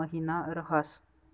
महिना रहास